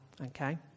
okay